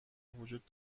وجود